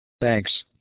Thanks